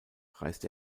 reist